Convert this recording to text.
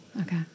Okay